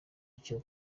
icyo